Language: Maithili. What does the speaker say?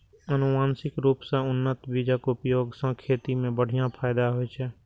आनुवंशिक रूप सं उन्नत बीजक उपयोग सं खेती मे बढ़िया फायदा होइ छै